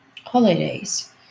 holidays